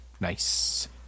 Nice